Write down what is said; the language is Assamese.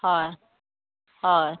হয় হয়